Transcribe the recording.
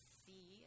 see